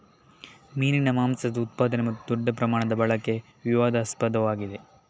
ಮೀನಿನ ಮಾಂಸದ ಉತ್ಪಾದನೆ ಮತ್ತು ದೊಡ್ಡ ಪ್ರಮಾಣದ ಬಳಕೆ ವಿವಾದಾಸ್ಪದವಾಗಿದೆ